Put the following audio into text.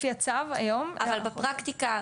לפי הצו היום --- אבל בפרקטיקה,